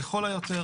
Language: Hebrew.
לכל היותר,